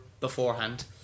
beforehand